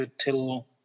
till